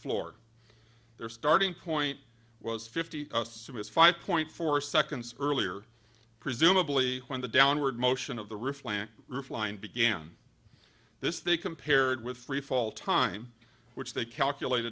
floor there starting point was fifty five point four seconds earlier presumably when the downward motion of the roof land replying began this they compared with freefall time which they calculate